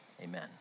Amen